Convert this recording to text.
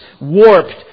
warped